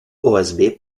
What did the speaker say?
osb